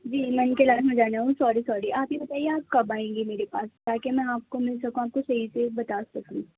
جی مینکلر میں جانا ہے ساری ساری آپ ہی بتائیے آپ کب آئیں گی میرے پاس تاکہ میں آپ کو مل سکوں آپ کو صحیح سے بتا سکوں